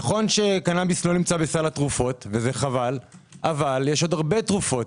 נכון שקנאביס לא נמצא בסל התרופות וזה חבל אבל יש עוד הרבה תרופות